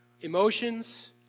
emotions